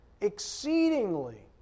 exceedingly